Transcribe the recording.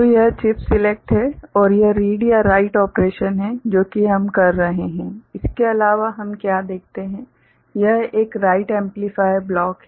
तो यह chip select है और यह रीड या राइट ऑपरेशन है जो कि हम कर रहे हैं इसके अलावा हम क्या देखते हैं यह एक राइट एम्प्लिफायर ब्लॉक है